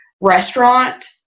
restaurant